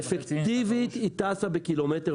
אפקטיבית היא טסה ב-1.5 קילומטר.